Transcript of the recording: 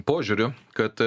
požiūriu kad